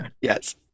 Yes